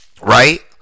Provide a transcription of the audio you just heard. right